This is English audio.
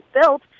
built